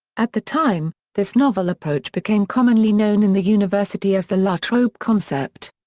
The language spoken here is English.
at the time, this novel approach became commonly known in the university as the la trobe concept.